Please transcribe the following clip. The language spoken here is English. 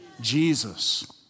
Jesus